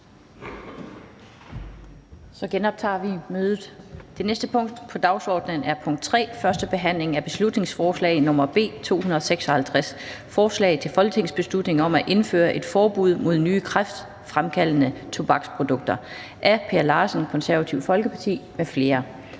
(Kl. 16:22). --- Det næste punkt på dagsordenen er: 3) 1. behandling af beslutningsforslag nr. B 256: Forslag til folketingsbeslutning om at indføre et forbud mod nye kræftfremkaldende tobaksprodukter. Af Per Larsen (KF) m.fl.